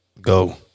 go